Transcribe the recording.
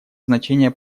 значение